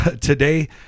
Today